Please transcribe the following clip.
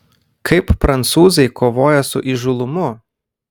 kaip prancūzai kovoja su įžūlumu